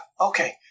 Okay